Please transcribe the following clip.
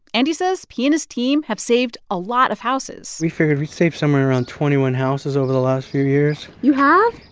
and he says he and his team have saved a lot of houses we figure we've saved somewhere around twenty one houses over the last few years you have?